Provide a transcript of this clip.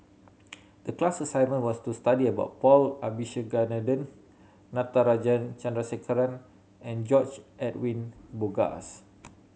the class assignment was to study about Paul Abisheganaden Natarajan Chandrasekaran and George Edwin Bogaars